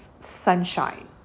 sunshine